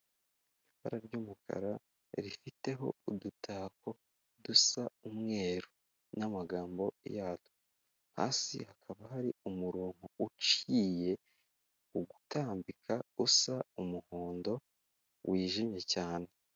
Ibara ry'umukara, rifiteho udutako dusa umweru n'amagambo yatwo, hasi hakaba hari umurongo uciye utambika, usa umuhondo, wijimye cyane.